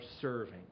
serving